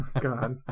God